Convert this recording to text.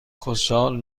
خوشحال